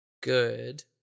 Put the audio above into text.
good